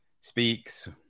speaks